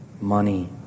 money